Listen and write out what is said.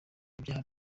ibyaha